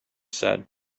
said